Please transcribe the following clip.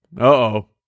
Uh-oh